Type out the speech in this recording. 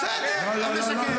בסדר, אז משקר.